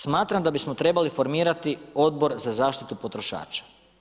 Smatram da bismo trebali formirati Odbor za zaštitu potrošača.